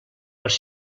els